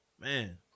Man